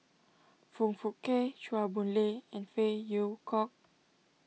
Foong Fook Kay Chua Boon Lay and Phey Yew Kok